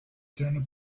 standard